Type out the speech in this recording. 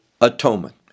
atonement